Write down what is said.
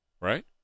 right